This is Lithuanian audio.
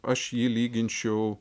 aš jį lyginčiau